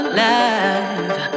Alive